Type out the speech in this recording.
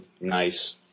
nice